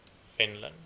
Finland